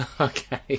Okay